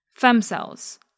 femcells